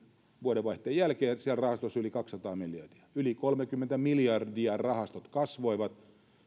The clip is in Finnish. vuodenvaihteen jälkeen siellä rahastoissa oli yli kaksisataa miljardia yli kolmekymmentä miljardia rahastot kasvoivat